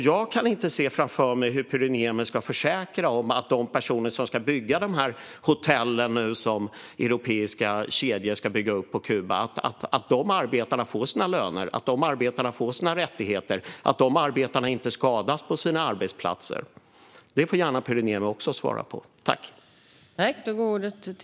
Jag kan inte se framför mig hur Pyry Niemi ska kunna försäkra att de arbetare som ska bygga de hotell som europeiska kedjor ska bygga upp på Kuba får sina löner och rättigheter och inte skadas på sina arbetsplatser. Detta får Pyry Niemi också gärna svara på.